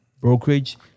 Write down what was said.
brokerage